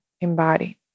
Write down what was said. embody